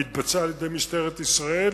מתבצע על-ידי משטרת ישראל.